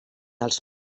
els